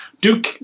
Duke